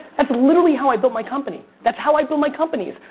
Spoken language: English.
that's literally how i built my company. that's how i build my companies.